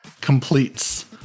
completes